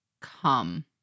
come